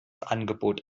angebot